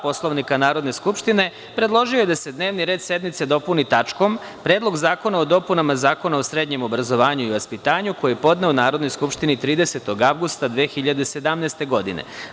Poslovnika Narodne skupštine, predložio je da se dnevni red sednice dopuni tačkom – Predlog zakona o dopunama Zakona o srednjem obrazovanju i vaspitanju, koji je podneo Narodnoj skupštini 30. avgusta 2017. godine.